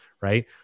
right